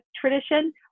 tradition